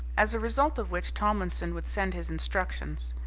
as a result of which, tomlinson would send his instructions.